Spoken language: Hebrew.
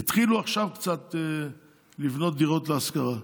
התחילו עכשיו קצת לבנות דירות להשכרה.